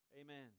amen